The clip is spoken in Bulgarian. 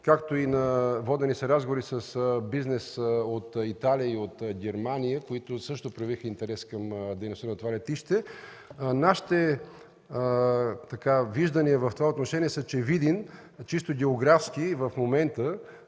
бизнесмени, водени са разговори с бизнес от Италия и Германия, които също проявиха интерес към дейността на това летище. Нашите виждания в това отношение са, че Видин, чисто географски, в момента